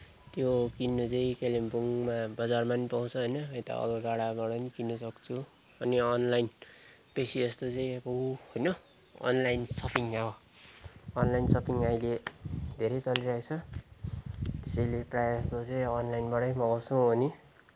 त्यो किन्न चाहिँ कालिम्पोङमा बजारमा पनि पाउँछ होइन यता अलगाडाबाट पनि किन्न सक्छु अनि अनलाइन बेसी जस्तो चाहिँ होइन अनलाइन सपिङ अब अनलाइन सपिङ अहिले धेरै चलिरहेको छ त्यसैले प्रायः जस्तो चाहिँ अनलाइनबाटै मँगाउछु म पनि